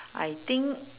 I think